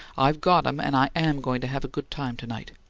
i've got em and i am going to have a good time to-night!